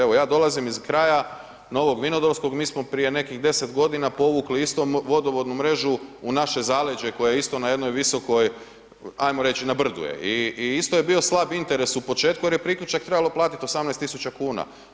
Evo ja dolazim iz kraja Novog Vinodolskog, mi smo prije nekih deset godina povukli isto vodovodnu mrežu u naše zaleđe koje je isto na jednoj visokoj ajmo reći na brdu je i isto je bio slab interes u početku jer je priključak trebalo platiti 18.000 kuna.